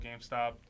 GameStop